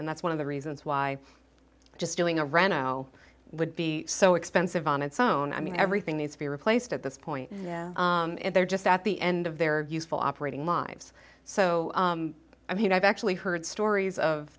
and that's one of the reasons why just doing a ranch would be so expensive on its own i mean everything needs to be replaced at this point they're just at the end of their useful operating minds so i mean i've actually heard stories of